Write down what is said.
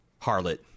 harlot